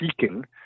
seeking